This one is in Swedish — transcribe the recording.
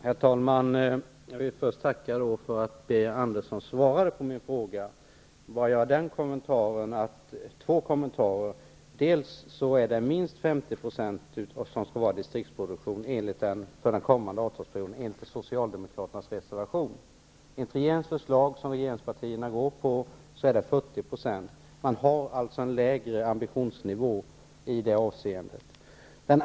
Herr talman! Jag vill först tacka för att Birger Andersson svarade på min fråga. Jag skall göra två kommentarer. Det är minst 50 % som skall vara distriktsproduktion för den kommande avtalsperioden enligt Socialdemokraternas reservation. Regeringens förslag, som regeringspartierna har ställt sig bakom, är 40 %. Man har alltså en lägre ambitionsnivå i det avseendet.